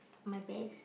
my best